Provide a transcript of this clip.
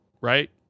right